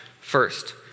First